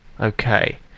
okay